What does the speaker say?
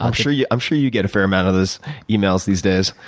um sure you um sure you get a fair amount of those emails these days.